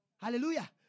Hallelujah